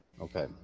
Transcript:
Okay